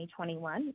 2021